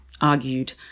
argued